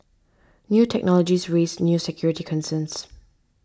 new technologies raise new security concerns